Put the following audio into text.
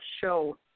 show